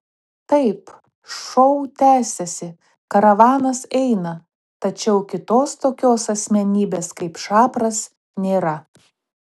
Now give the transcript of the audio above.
taip šou tęsiasi karavanas eina tačiau kitos tokios asmenybės kaip šapras nėra